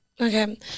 Okay